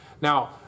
Now